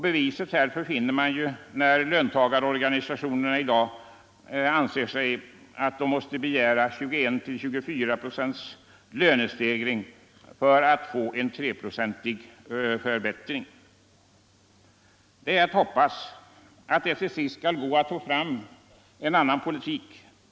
Beviset härför finner man när löntagarorganisationerna i dag anser att de måste begära 21-24 procents lönestegring för att få en 3-procentig förbättring. Det är att hoppas att det till sist skall gå att få fram en annan politik.